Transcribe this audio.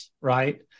right